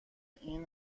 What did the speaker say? این